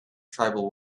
tribal